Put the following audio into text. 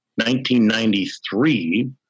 1993